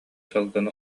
салгын